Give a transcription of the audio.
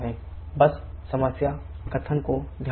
बस समस्या कथन को ध्यान से पढ़ें